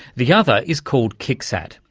the other is called kicksat,